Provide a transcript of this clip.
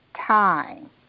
time